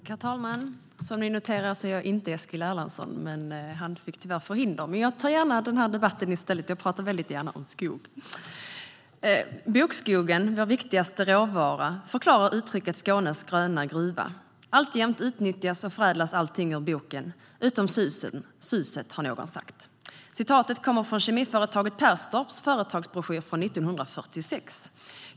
Herr talman! Som ni noterar är jag inte Eskil Erlandsson. Han fick tyvärr förhinder, men jag tar gärna den här debatten i hans ställe. Jag talar väldigt gärna om skog. "Bokskogen, vår viktigaste råvara, förklarar uttrycket Skånes gröna gruva. Alltjämt utnyttjas och förädlas allting ur boken - utom suset, har någon sagt." Citatet kommer från kemiföretaget Perstorps företagsbroschyr från 1946.